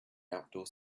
outdoor